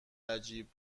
عجیب